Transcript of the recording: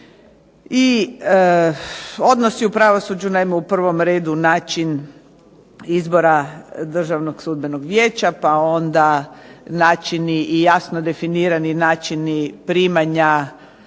i odnosi u pravosuđu, naime u prvom redu način izbora državnog sudbenog vijeća, pa onda jasno definirani načini primanja